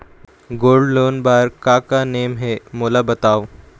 Gold loan बार का का नेम हे, मोला बताव?